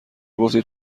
گفتید